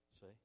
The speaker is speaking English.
See